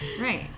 Right